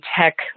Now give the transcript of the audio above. Tech